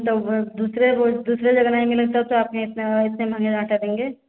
तब दूसरे को दूसरे जगह नहीं मिलें तब तो आपने इतने इतने महंगे आटा देंगे